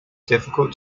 difficult